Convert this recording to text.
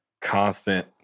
constant